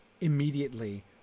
Immediately